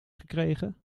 gekregen